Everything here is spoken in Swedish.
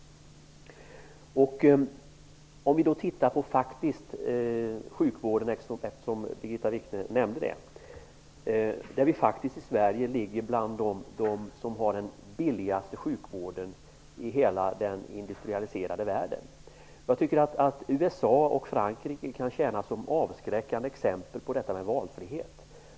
Låt oss, eftersom Birgitta Wichne nämnde det, titta på sjukvården. Sverige tillhör faktiskt de länder som har den billigaste sjukvården i hela den industrialiserade världen. Jag tycker att USA och Frankrike kan tjäna som avskräckande exempel i fråga om detta med valfrihet.